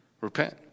repent